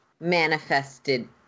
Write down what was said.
manifested